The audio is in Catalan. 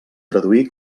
traduir